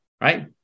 right